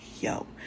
yo